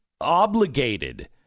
obligated